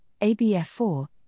ABF4